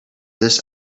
this